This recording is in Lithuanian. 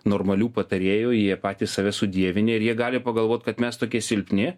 normalių patarėjų jie patys save sudievinę ir jie gali pagalvot kad mes tokie silpni